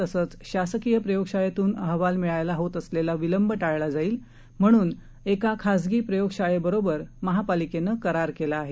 तसंच शासकीय प्रयोगशाळेतून अहवाल मिळायला होत असलेला विलंब टाळण्यासाठी एका खासगी प्रयोगशाळेबरोबर महापालिकेनं करार केला आहे